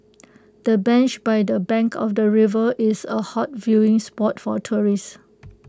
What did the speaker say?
the bench by the bank of the river is A hot viewing spot for tourists